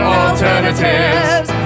alternatives